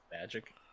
magic